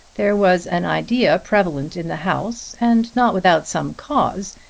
there was an idea prevalent in the house, and not without some cause,